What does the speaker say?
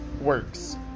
works